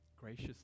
gracious